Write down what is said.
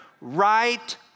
right